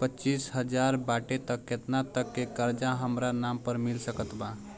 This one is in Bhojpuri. पच्चिस हज़ार बाटे त केतना तक के कर्जा हमरा नाम पर मिल सकत बा?